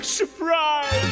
surprise